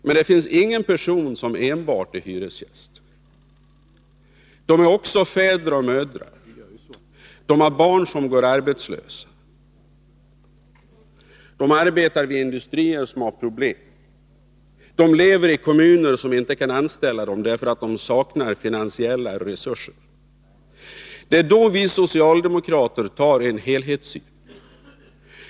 Men det finns ingen person som är enbart hyresgäst — hyresgästerna är också fäder och mödrar, de har barn som går arbetslösa, de arbetar vid industrier som har problem, de lever i kommuner som inte kan anställa dem, därför att kommunerna saknar de finansiella resurserna. Det är då vi socialdemokrater tillämpar en helhetssyn.